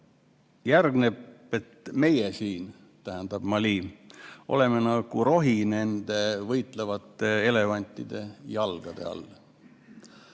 järgneb nii: meie siin, st Mali, oleme nagu rohi nende võitlevate elevantide jalgade all.